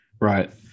right